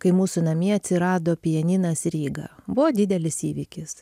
kai mūsų namie atsirado pianinas ryga buvo didelis įvykis